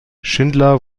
schindler